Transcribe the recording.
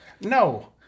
No